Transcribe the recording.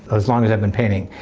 as long as i've been painting.